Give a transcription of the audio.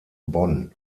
bonn